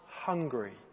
hungry